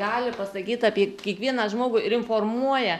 gali pasakyt apie kiekvieną žmogų ir informuoja